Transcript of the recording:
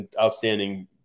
outstanding